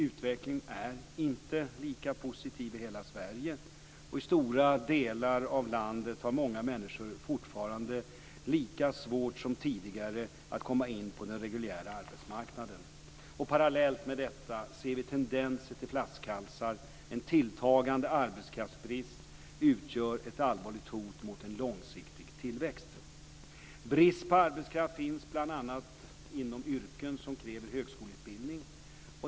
Utvecklingen är inte lika positiv i hela Sverige. I stora delar av landet har många människor fortfarande lika svårt som tidigare att komma in på den reguljära arbetsmarknaden. Parallellt med detta ser vi tendenser till flaskhalsar. En tilltagande arbetskraftsbrist utgör ett allvarligt hot mot en långsiktig tillväxt. Brist på arbetskraft finns bland annat inom yrken som kräver högskoleutbildning.